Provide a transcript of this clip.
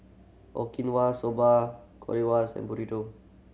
Okinawa Soba Currywurst and Burrito